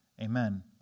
amen